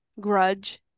grudge